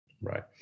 right